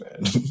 man